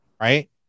right